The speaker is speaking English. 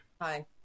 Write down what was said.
Hi